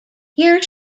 here